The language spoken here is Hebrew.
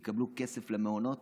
הם יקבלו כסף למעונות,